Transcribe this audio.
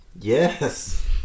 Yes